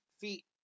feet